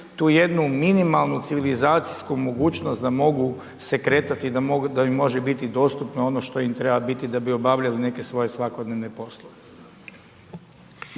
tu jednu minimalnu civilizacijsku mogućnost, da mogu se kretati, da im može biti dostupno ono što im treba biti da bi obavljali svoje svakodnevne poslove.